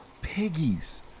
piggies